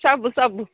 ସବୁ ସବୁ